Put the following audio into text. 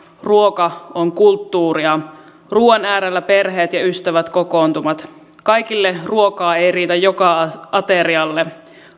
ruoka on kulttuuria ruuan äärellä perheet ja ystävät kokoontuvat kaikille ruokaa ei riitä joka aterialle